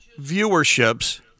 viewerships